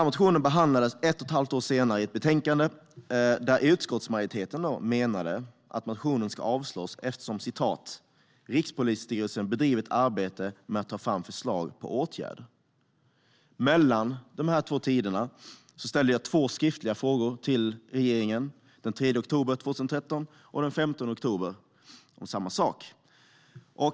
Motionen behandlades ett och ett halvt år senare i ett betänkande, där utskottsmajoriteten menade att motionen skulle avslås eftersom "Rikspolisstyrelsen bedriver ett arbete med att ta fram förslag på åtgärder". Under tiden ställde jag två skriftliga frågor till regeringen, den 3 oktober 2013 och den 15 oktober samma år.